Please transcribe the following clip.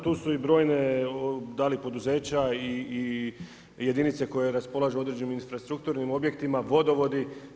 Tu su i brojne da li poduzeća i jedinice koje raspolažu određenim infrastrukturnim objektima, vodovodi.